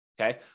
okay